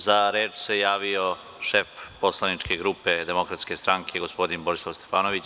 Za reč se javio šef poslaničke grupe Demokratske stranke gospodin Borislav Stefanović.